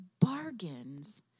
bargains